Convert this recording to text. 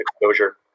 exposure